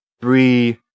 three